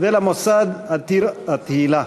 ולמוסד עתיר התהילה,